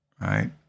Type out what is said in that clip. right